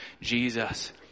Jesus